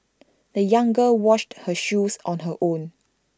the young girl washed her shoes on her own